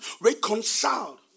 reconciled